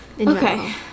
Okay